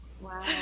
wow